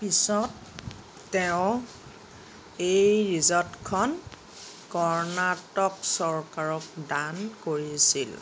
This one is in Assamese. পিছত তেওঁ এই ৰিজৰ্টখন কৰ্ণাটক চৰকাৰক দান কৰিছিল